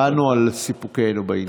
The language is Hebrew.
באנו על סיפוקנו בעניין הזה.